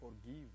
forgive